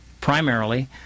primarily